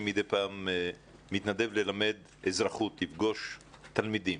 אני מדי פעם מתנדב ללמד אזרחות, לפגוש תלמידים.